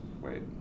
wait